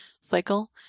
cycle